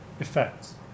effects